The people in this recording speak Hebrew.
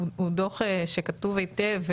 הוא דו"ח שכתוב היטב,